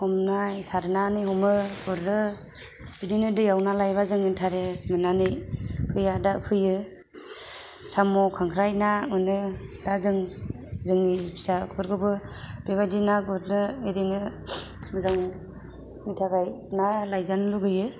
हमनाय सारनानै हमो गुरो बिदिनो दैयाव ना लायबा जोङो इन्टारेस मोननानै फैया दा फैयो साम' खांख्राइ ना मोनो दा जों जोंनि फिसाफोरखौबो बेबादि ना गुरनो इदिनो मोजांनि थाखाय ना लायजानो लुबैयो